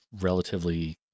relatively